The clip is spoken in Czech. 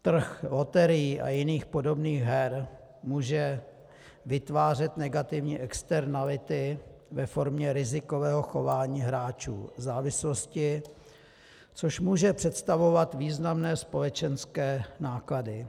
Trh loterií a jiných podobných her může vytvářet negativní externality ve formě rizikového chování hráčů, závislosti, což může představovat významné společenské náklady.